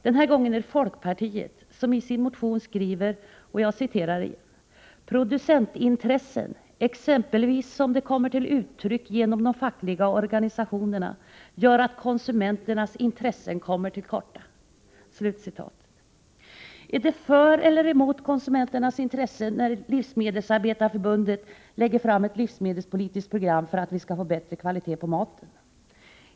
Den här gången gäller det folkpartiet, som i sin motion skriver: ”Producentintressena, t.ex. som de kommer till uttryck genom de fackliga organisationerna, gör att konsumenternas intressen ofta kommer till korta.” Är det för eller emot konsumenternas intressen när Livsmedelsarbetareförbundet lägger fram ett livsmedelspolitiskt program för att vi skall få bättre kvalitet på maten?